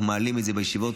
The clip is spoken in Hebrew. אנחנו מעלים את זה בישיבות,